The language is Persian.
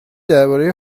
دربارهی